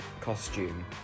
costume